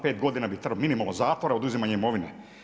5 g. minimalno zatvora, oduzimanje imovine.